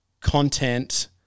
content